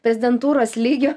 prezidentūros lygiu